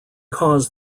cause